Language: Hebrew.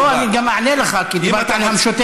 לא, אני גם אענה לך, כי דיברת על המשותפת.